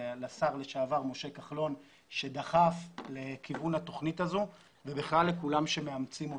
לשר לשעבר משה כחלון שדחף לכיוון התכנית הזאת ובכלל לכולם שמאמצים אותה.